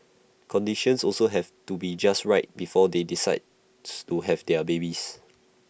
conditions also have to be just right before they decides to have their babies